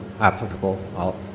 applicable